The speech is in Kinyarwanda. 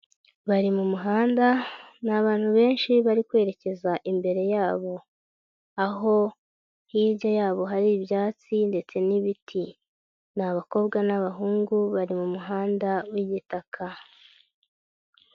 Bari mu muhanda ni abantu benshi bari kwerekeza imbere yabo, aho hirya yabo hari ibyatsi ndetse n'ibiti abakobwa n'abahungu bari mu muhanda w'igitaka.